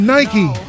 Nike